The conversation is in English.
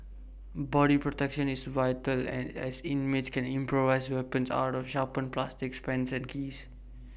body protection is vital as inmates can improvise weapons out of sharpened plastics pens and keys